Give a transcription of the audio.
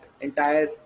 entire